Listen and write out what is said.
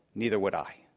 neither would i.